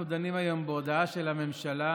אנחנו דנים היום בהודעה של הממשלה